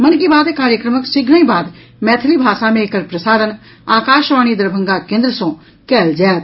मन की बात कार्यक्रमक शीघ्रहिं बाद मैथिली भाषा मे एकर प्रसारण आकाशवाणीक दरभंगा केंद्र सँ कयल जायत